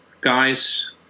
guys